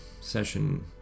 session